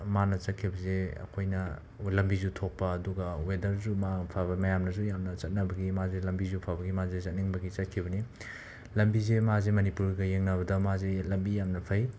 ꯃꯥꯅ ꯆꯠꯈꯤꯕꯁꯦ ꯑꯩꯈꯣꯏꯅ ꯂꯝꯕꯤꯁꯨ ꯊꯣꯛꯄ ꯑꯗꯨꯒ ꯋꯦꯗꯔꯁꯨ ꯃꯥ ꯐꯕ ꯃꯌꯥꯝꯅꯁꯨ ꯌꯥꯝꯅ ꯆꯠꯅꯕꯒꯤ ꯃꯥꯁꯦ ꯂꯝꯕꯤꯁꯨ ꯐꯕꯒꯤ ꯃꯥꯁꯦ ꯆꯠꯅꯤꯡꯕꯒꯤ ꯆꯠꯈꯤꯕꯅꯤ ꯂꯝꯕꯤꯁꯦ ꯃꯥꯁꯦ ꯃꯅꯤꯄꯨꯔꯒ ꯌꯦꯡꯅꯕꯗ ꯃꯥꯁꯤ ꯂꯝꯕꯤ ꯌꯥꯝꯅ ꯐꯩ